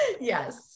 Yes